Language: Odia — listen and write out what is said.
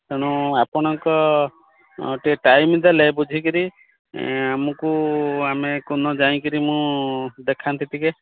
ତେଣୁ ଆପଣଙ୍କ ଟିକେ ଟାଇମ ଦେଲେ ବୁଝିକରି ଆମକୁ ଆମେ କେଉଁ ଦିନ ଯାଇକରି ମୁଁ ଦେଖାନ୍ତି ଟିକେ